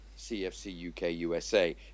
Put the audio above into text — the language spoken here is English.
cfcukusa